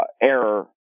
error